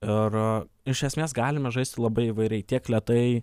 ir iš esmės galime žaisti labai įvairiai tiek lėtai